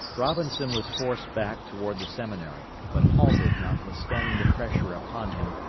robinson was forced back toward the seminary, but halted notwithstanding the pressure upon him,